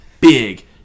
big